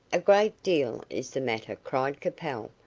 a great deal is the matter, cried capel.